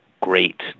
great